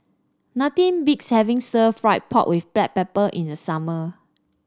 nothing beats having Stir Fried Pork with Black Pepper in the summer